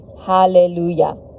Hallelujah